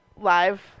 live